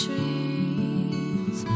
Trees